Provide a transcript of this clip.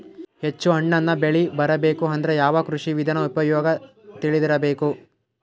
ಹೆಚ್ಚು ಹಣ್ಣನ್ನ ಬೆಳಿ ಬರಬೇಕು ಅಂದ್ರ ಯಾವ ಕೃಷಿ ವಿಧಾನ ಉಪಯೋಗ ತಿಳಿದಿರಬೇಕು?